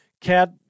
cat